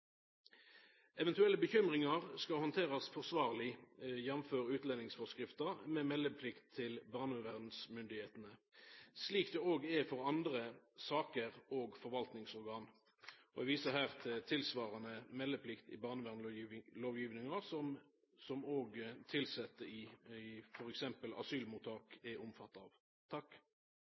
Eventuelle bekymringar skal handterast forsvarleg, jf. utlendingsforskrifta, med meldeplikt til barnevernsmyndigheitene, slik det òg er for andre saker og forvaltningsorgan. Eg viser her til tilsvarande meldeplikt i barnevernslovgivinga som òg tilsette i t.d. asylmottak er omfatta